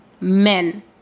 men